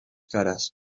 caras